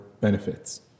benefits